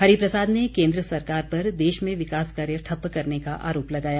हरिप्रसाद ने केन्द्र सरकार पर देश में विकास कार्य ठप्प करने का आरोप लगाया